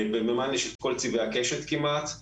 במימן יש את כל צבעי הקשת כמעט,